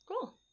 Cool